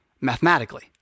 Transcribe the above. mathematically